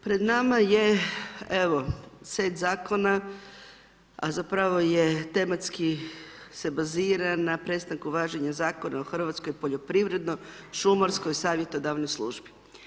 Pred nama je, evo, set zakona, a zapravo je tematski se bazira na prestanku važenju Zakona o hrvatskoj poljoprivredno šumarskoj savjetodavnoj službi.